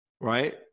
right